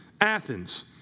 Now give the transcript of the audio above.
Athens